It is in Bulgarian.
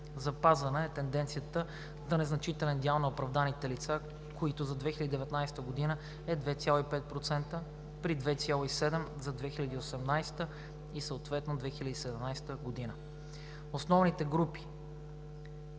Запазена е тенденцията за незначителен дял на оправданите лица, който за 2019 г. е 2,5% при 2,7% за 2018 г. и 2017 г. Основните групи